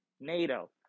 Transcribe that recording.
NATO